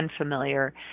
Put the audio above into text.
unfamiliar